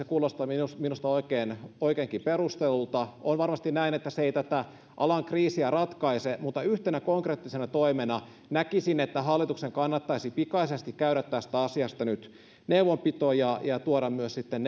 kuulostaa minusta oikeinkin perustellulta on varmasti näin että se ei tätä alan kriisiä ratkaise mutta yhtenä konkreettisena toimena näkisin että hallituksen kannattaisi nyt pikaisesti käydä tästä asiasta neuvonpitoa ja ja tuoda myös sitten